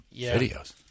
videos